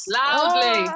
loudly